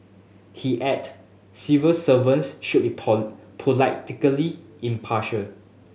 he add civil servants should be pone politically impartial